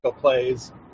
plays